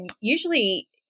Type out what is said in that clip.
usually